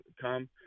come